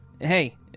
Hey